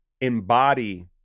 embody